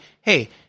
Hey